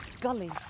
gullies